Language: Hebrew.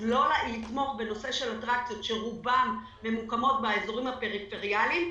אז לא לתמוך בנושא של אטרקציות שרובן ממוקמים באזורים הפריפריאליים,